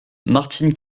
martine